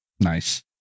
Nice